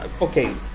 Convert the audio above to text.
Okay